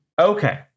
okay